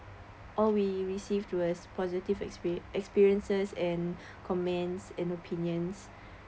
all we received to us was positive exper~ experiences and comments and opinions